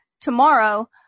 tomorrow